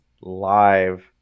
live